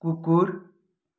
कुकुर